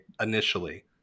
initially